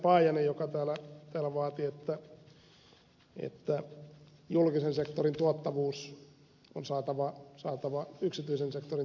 paajanen joka täällä sitä vaati että julkisen sektorin tuottavuus on saatava yksityisen sektorin tuottavuuden tasalle